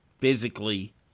physically